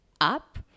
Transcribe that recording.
up